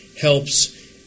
helps